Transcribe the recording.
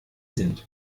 sind